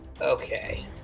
Okay